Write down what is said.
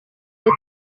leta